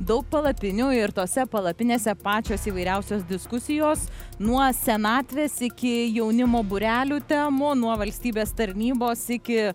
daug palapinių ir tose palapinėse pačios įvairiausios diskusijos nuo senatvės iki jaunimo būrelių temų nuo valstybės tarnybos iki